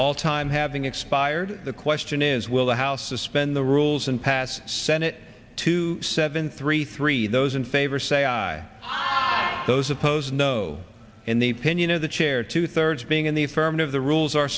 all time having expired the question is will the house suspend the rules and pass senate two seven three three those in favor say aye aye those opposed no in the pinion of the chair two thirds being in the affirmative the rules are